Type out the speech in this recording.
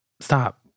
Stop